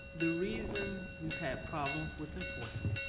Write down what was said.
the reason we've had problem with enforcement,